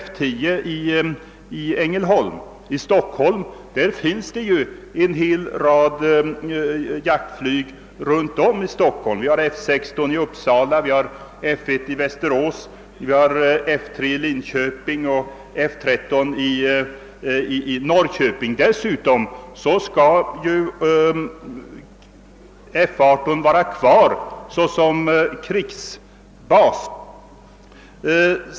Kring Stockholm finns det ju flera jaktflottiljer, såsom F 16 i Uppsala, F 1 i Västerås, F 3 i Linköping och F13 i Norrköping. Dessutom skall ju F18 vara kvar som krigsbas.